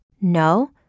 No